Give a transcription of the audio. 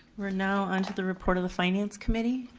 we're now onto the report of the finance committee.